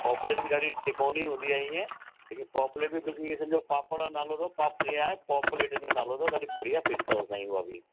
पॉपलेट बि ॾाढी तिकोनी हूंदी आहे ईंअ लेकिन पॉपलेट बि बिल्कुल ईंअ सम्झो पापड़ नालो अथव पापड़ जीअं पॉपलेट इन जो नालो अथव ॾाढी बढ़िया मछी अथव साईं उहा बि